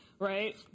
Right